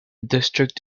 district